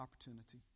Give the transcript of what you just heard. opportunity